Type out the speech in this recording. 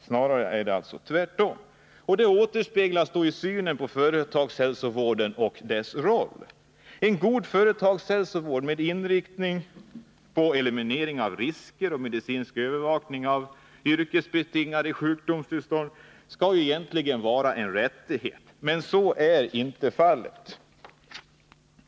Snarare är det fråga om motsatsen till sådana krafttag. Detta återspeglas i synen på företagshälsovården och dess roll. En god företagshälsovård med inriktning på eliminering av risker och på medicinsk övervakning av yrkesbetingade sjukdomstillstånd skall egentligen vara en rättighet. Men så är inte fallet.